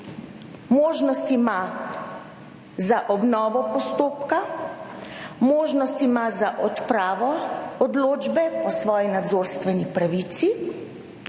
Možnost ima za obnovo postopka, možnost ima za odpravo odločbe po svoji nadzorstveni pravici,